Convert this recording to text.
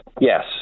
yes